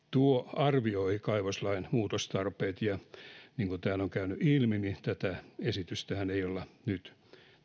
arvioi kaivoslain muutostarpeet ja niin kuin täällä on käynyt ilmi tätä esitystähän ei ole nyt